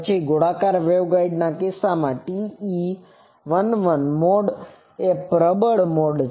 પછી ગોળાકાર વેગગાઇડના કિસ્સામાં TE11 મોડ એ પ્રબળ મોડ છે